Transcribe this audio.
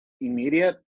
immediate